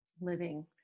living